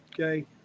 Okay